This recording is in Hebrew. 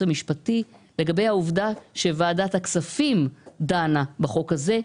המשפטי לגבי העובדה שוועדת הכספים דנה בחוק הזה.